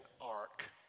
ark